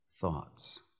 thoughts